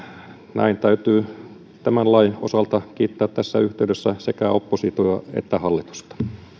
näin täytyy tämän lain osalta kiittää tässä yhteydessä sekä oppositiota että hallitusta